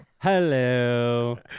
Hello